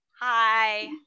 Hi